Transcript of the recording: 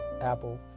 Apple